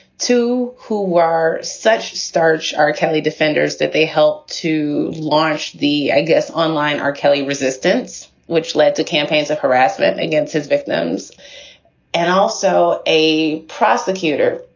two who were such starch r. kelly defenders that they helped to launch the, i guess, online r. kelly resistance, which led to campaigns of harassment against his victims and also a prosecutor,